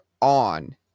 on